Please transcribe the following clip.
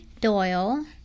Doyle